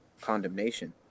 condemnation